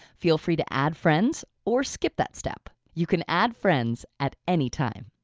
feel free to add friends or skip that step. you can add friends at any time.